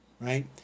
right